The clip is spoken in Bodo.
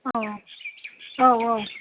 अ औ औ